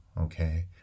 okay